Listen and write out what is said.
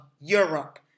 Europe